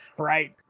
Right